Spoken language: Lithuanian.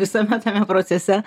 visame tame procese